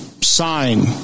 sign